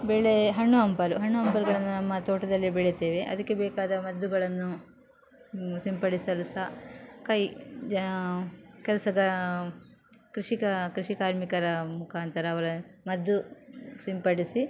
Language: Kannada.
ಬೆಳೆ ಹಣ್ಣು ಹಂಪಲು ಹಣ್ಣು ಹಂಪಲುಗಳನ್ನು ನಮ್ಮ ತೋಟದಲ್ಲೇ ಬೆಳಿತೇವೆ ಅದಕ್ಕೆ ಬೇಕಾದ ಮದ್ದುಗಳನ್ನು ಸಿಂಪಡಿಸಲು ಸಹ ಕೈ ಕೆಲಸಗ ಕೃಷಿಕ ಕೃಷಿ ಕಾರ್ಮಿಕರ ಮುಖಾಂತರ ಅವರ ಮದ್ದು ಸಿಂಪಡಿಸಿ